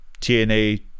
TNA